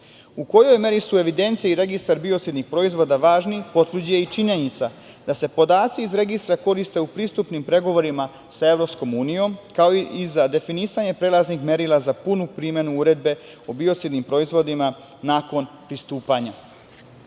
kojoj meri su evidencije i Registar biocidnih proizvoda važni potvrđuje i činjenica da se podaci iz Registra koriste u pristupnim pregovorima sa Evropskom unijom, kao i za definisanje prelaznih merila za punu primenu Urede o biocidnim proizvodima nakon pristupanja. Odredba